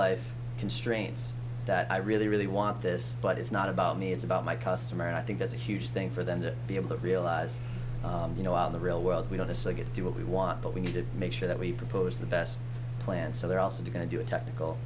life constraints that i really really want this but it's not about me it's about my customer and i think that's a huge thing for them to be able to realize you know out in the real world we know this is a get to do what we want but we need to make sure that we propose the best plan so they're also going to do a